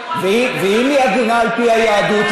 ואם היא עגונה על פי היהדות,